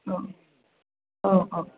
औ अ अ